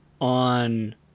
on